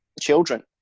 children